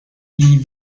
die